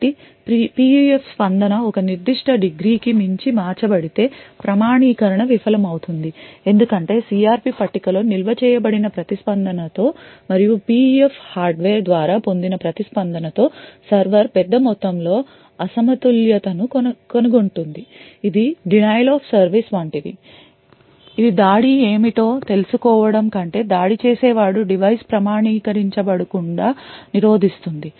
కాబట్టి PUF ప్రతిస్పందన ఒక నిర్దిష్ట డిగ్రీ కి మించి మార్చబడితే ప్రామాణీకరణ విఫలమవుతుంది ఎందుకంటే CRP పట్టికలో నిల్వ చేయబడిన ప్రతిస్పందనతో మరియు PUF హార్డ్వేర్ ద్వారా పొందిన ప్రతిస్పందనతో సర్వర్ పెద్ద మొత్తంలో అసమతుల్యతను కనుగొంటుంది ఇది denial of service వంటిది ఇది దాడి ఏమిటో తెలుసుకోవడం కంటే దాడి చేసేవాడు డివైస్ ప్రామాణీకరించబడకుండా నిరోధిస్తుంది